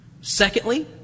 Secondly